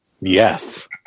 Yes